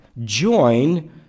join